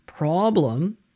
problem